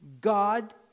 God